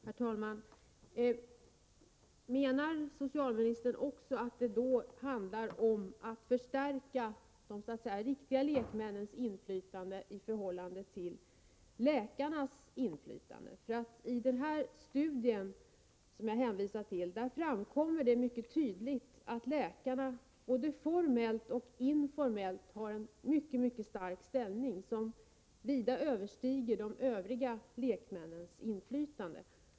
Herr talman! Menar socialministern också att det då handlar om att förstärka de ”riktiga” lekmännens inflytande i förhållande till läkarnas inflytande? I den studie som jag hänvisade till framkommer det mycket tydligt att läkarna både formellt och informellt har en mycket stark ställning och att deras inflytande vida överstiger de övriga lekmännens.